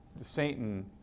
Satan